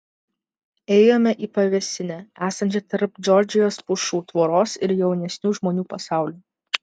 ėjome į pavėsinę esančią tarp džordžijos pušų tvoros ir jaunesnių žmonių pasaulio